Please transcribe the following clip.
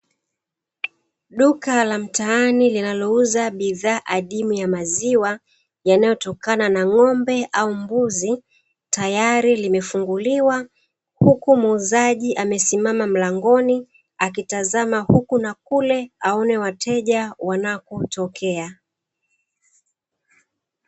Duka la mtaani linalouza bidhaa adimu ya maziwa yanayotokana na ng'ombe au mbuzi, tayari limefunguliwa huku muuzaji amesimama mlangoni akitazama huku na kule aone wateja wanakotokea.